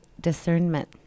discernment